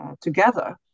together